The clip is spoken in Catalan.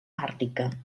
àrtica